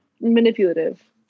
manipulative